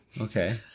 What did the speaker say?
Okay